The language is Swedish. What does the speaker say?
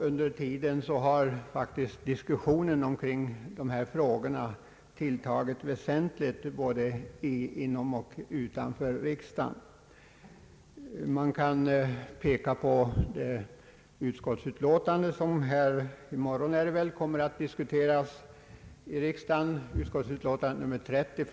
Under tiden har diskussionen kring dessa frågor tilltagit väsentligt både inom och utom riksdagen. Man kan exempelvis peka på bankoutskottets utlåtande nr 30 som kommer att diskuteras i riksdagen i morgon.